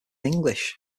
english